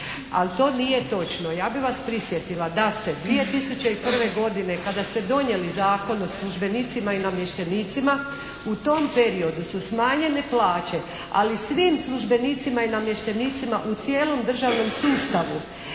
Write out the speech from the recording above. Ali to nije točno. Ja bih vas prisjetila da ste 2001. godine kada ste donijeli Zakon o službenicima i namještenicima u tom periodu su smanjene plaće, ali svim službenicima i namještenicima u cijelom državnom sustavu.